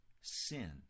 sin